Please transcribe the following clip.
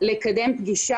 לקבוע את הפגישה